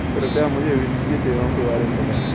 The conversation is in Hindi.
कृपया मुझे वित्तीय सेवाओं के बारे में बताएँ?